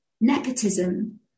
Nepotism